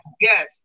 yes